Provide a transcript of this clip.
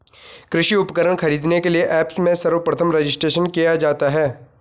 कृषि उपकरण खरीदने के लिए ऐप्स में सर्वप्रथम रजिस्ट्रेशन किया जाता है